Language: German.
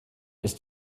ist